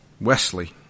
Wesley